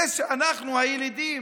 זה שאנחנו, הילידים,